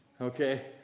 Okay